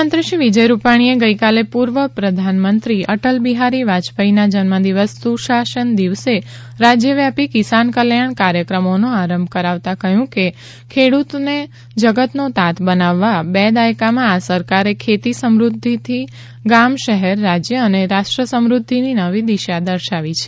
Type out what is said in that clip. મુખ્યમંત્રી શ્રી વિજય રૂપાણીએ ગઇકાલે પૂર્વ પ્રધાનમંત્રી અટલ બિહારી વાજપાઇના જન્મદિવસ સુશાસન દિવસે રાજયવ્યાપી કિસાન કલ્યાણ કાર્યક્રમોનો પ્રારંભ કરાવતાં કહ્યું કે ખેડૂતને જગતનો તાત બનાવવા બે દાયકામાં આ સરકારે ખેતી સમૃઘ્ઘિથી ગ્રામ શહેર રાજય અને રાષ્ટ્ર સમૃઘ્ઘિની નવી દિશા દર્શાવી છે